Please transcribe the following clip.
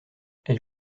elle